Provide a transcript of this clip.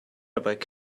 about